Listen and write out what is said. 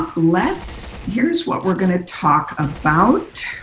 ah let's here's what we're going to talk about.